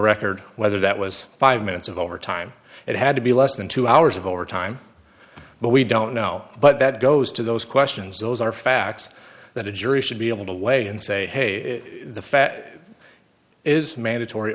record whether that was five minutes of overtime it had to be less than two hours of overtime but we don't know but that goes to those questions those are facts that a jury should be able to weigh and say hey the fat is mandatory